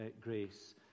Grace